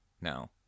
no